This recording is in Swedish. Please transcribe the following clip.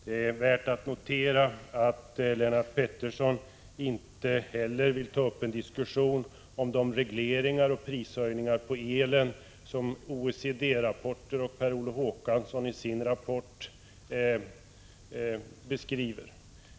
Det är värt att notera att Lennart Pettersson inte heller vill ta upp en diskussion om de regleringar och prishöjningar på el som OECD-rapporter och Per Olof Håkansson i sin rapport beskriver.